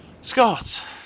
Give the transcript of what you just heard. Scott